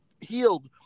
healed